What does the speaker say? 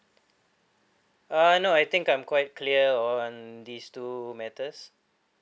uh no I think I'm quite clear on these two matters